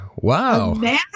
Wow